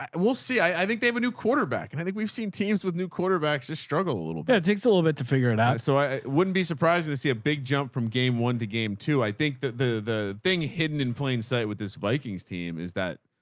we'll see. i think they have a new quarterback and i think we've seen teams with new quarterbacks. just struggle a little bit. it takes a little bit to figure it out. so i wouldn't be surprised to see a big jump from game one to game two. i think that the, the thing hidden in plain sight with this vikings team is that